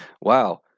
Wow